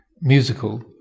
musical